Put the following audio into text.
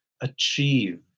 achieve